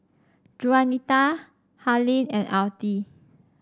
Juanita Harlene and Altie